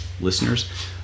listeners